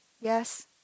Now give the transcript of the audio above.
Yes